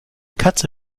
katze